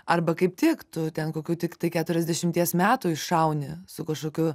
arba kaip tik tu ten kokių tiktai keturiasdešimties metų iššauni su kažkokiu